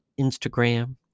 Instagram